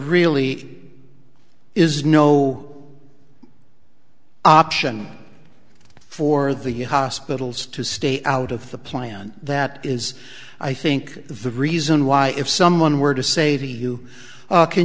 really is no option for the hospitals to stay out of the plan that is i think the reason why if someone were to say to you can